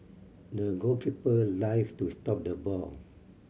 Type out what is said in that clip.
the goalkeeper dived to stop the ball